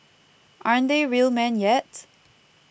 aren't they real men yet